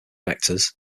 vectors